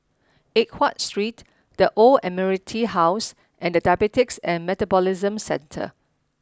Eng Watt Street The Old Admiralty House and Diabetes and Metabolism Centre